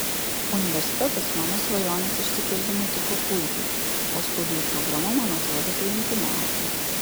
universitetas mano svajonės išsipildymui tiko puikiai o studijų programa man atrodė priimtiniausia